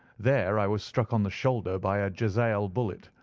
there i was struck on the shoulder by a jezail bullet,